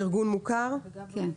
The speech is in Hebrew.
"ארגון מוכר" ו"בודק מוסמך".